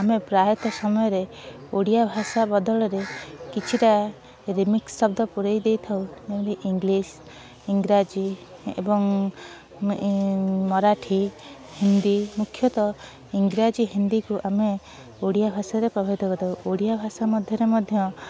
ଆମେ ପ୍ରାୟତଃ ସମୟରେ ଓଡ଼ିଆ ଭାଷା ବଦଳରେ କିଛିଟା ରିମିକ୍ସ୍ ଶବ୍ଦ ପୂରେଇ ଦେଇଥାଉ ଯେମତି ଇଂଲିଶ୍ ଇଂରାଜୀ ଏବଂ ମରାଠୀ ହିନ୍ଦୀ ମୁଖ୍ୟତଃ ଇଂରାଜୀ ହିନ୍ଦୀକୁ ଆମେ ଓଡ଼ିଆ ଭାଷାରେ ପ୍ରଭାବିତ କରିଥାଉ ଓଡ଼ିଆ ଭାଷାରେ ମଧ୍ୟରେ ମଧ୍ୟ